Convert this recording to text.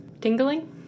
tingling